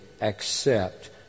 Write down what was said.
accept